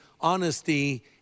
honesty